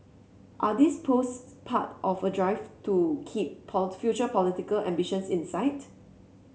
are these posts part of a drive to keep future political ambitions in sight